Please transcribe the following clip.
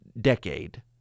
decade